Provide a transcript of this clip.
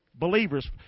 believers